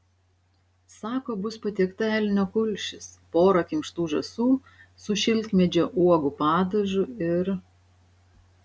sako bus patiekta elnio kulšis pora kimštų žąsų su šilkmedžio uogų padažu ir